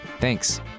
Thanks